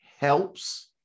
helps